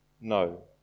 No